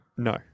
No